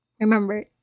Remember